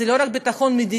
זה לא רק ביטחון מדיני,